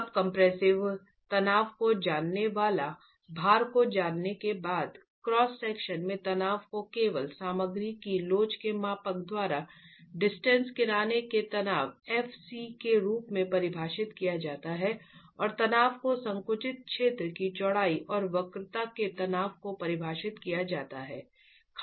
अब कंप्रेसिव तनाव को जानने वाले भार को जानने के बाद क्रॉस सेक्शन में तनाव को केवल सामग्री की लोच के मापांक द्वारा डिस्टेंस किनारे के तनाव f c के रूप में परिभाषित किया जाता है और तनाव को संकुचित क्षेत्र की चौड़ाई और वक्रता के तनाव को परिभाषित किया जाता है